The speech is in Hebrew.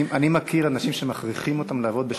אני מכיר אנשים שמכריחים אותם לעבוד בשבת,